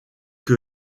que